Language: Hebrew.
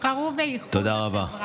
תבחרו באיחוד החברה,